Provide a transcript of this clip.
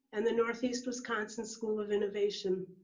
and the northeast wisconsin school of innovation.